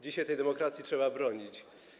Dzisiaj tej demokracji trzeba bronić.